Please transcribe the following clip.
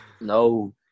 no